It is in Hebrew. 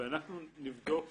ואנחנו נבדוק